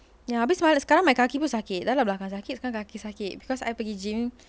no ah abeh sekarang sekarang my kaki sakit dah lah belakang sakit kaki sakit because I pergi gym